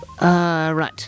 right